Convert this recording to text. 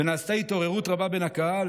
ונעשתה התעוררות רבה בקהל,